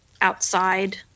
outside